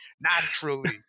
naturally